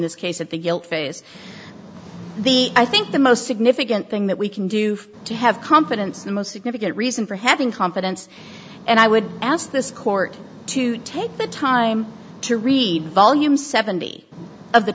this case at the guilt phase the i think the most significant thing that we can do to have confidence the most significant reason for having confidence and i would ask this court to take the time to read volumes seventy of the